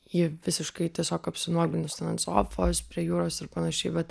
ji visiškai tiesiog apsinuoginus ten ant sofos prie jūros ir panašiai vat